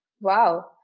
wow